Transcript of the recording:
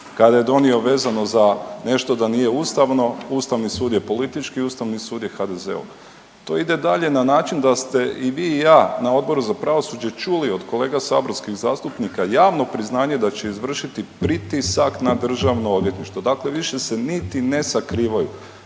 kada je donio vezano za nešto da nije ustavno, Ustavni sud je politički, Ustavni sud je HDZ-ov. To ide dalje na način da ste i vi i ja na Odbor za pravosuđe čuli od kolega saborskih zastupnika javno priznanje da će izvršiti pritisak na DORH. Dakle više se niti ne sakrivaju.